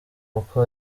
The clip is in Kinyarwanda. uko